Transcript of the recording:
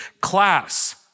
Class